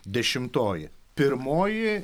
dešimtoji pirmoji